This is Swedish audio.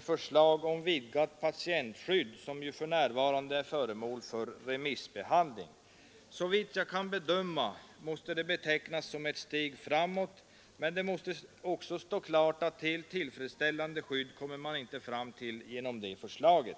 ”Förslag om vidgat patientskydd”, som för närvarande är föremål för remissbehandling. Såvitt jag kan bedöma måste förslaget betecknas som ett steg framåt, men det måste också stå klart att helt tillfredsställande skydd kommer man inte fram till genom det förslaget.